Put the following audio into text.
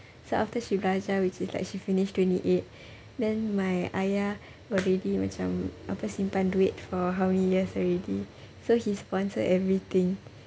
so after she belajar which is like she finish twenty eight then my ayah already macam apa simpan duit for how many years already so he sponsor everything